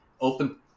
open